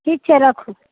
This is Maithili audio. ठीक छै रखू